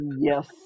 Yes